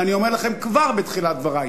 ואני אומר לכם כבר בתחילת דברי: